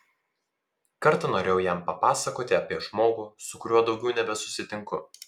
kartą norėjau jam papasakoti apie žmogų su kuriuo daugiau nebesusitinku